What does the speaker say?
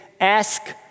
ask